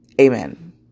Amen